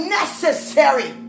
necessary